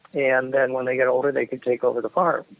and then when they got older, they could take over the farm.